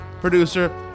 producer